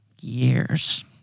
years